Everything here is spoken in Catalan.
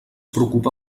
preocupa